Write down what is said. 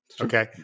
Okay